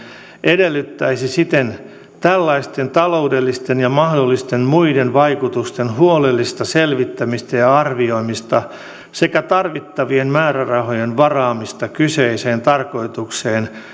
edellyttäisi siten tällaisten taloudellisten ja mahdollisten muiden vaikutusten huolellista selvittämistä ja arvioimista sekä tarvittavien määrärahojen varaamista kyseiseen tarkoitukseen